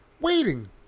Waiting